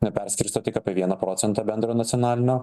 na perskirsto tik apie vieną procentą bendro nacionalinio